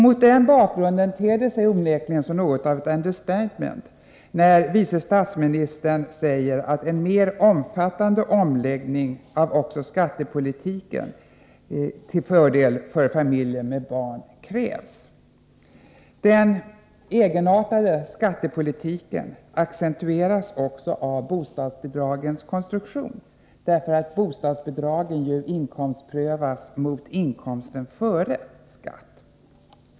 Mot den bakgrunden ter det sig onekligen som något av ett understatement när vice statsministern säger att det krävs en mer omfattande omläggning till fördel för familjer med barn också av skattepolitiken. Den egenartade skattepolitiken accentueras av bostadsbidragens konstruktion. De inkomstprövas ju mot inkomsten före skatt.